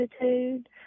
attitude